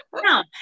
No